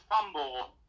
fumble